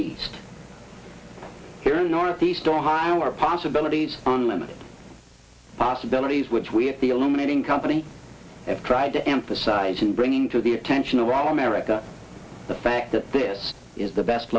east here in northeast ohio are possibilities unlimited possibilities which we have the illuminating company have tried to emphasize in bringing to the attention of wrong america the fact that this is the best